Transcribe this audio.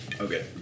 okay